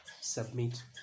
submit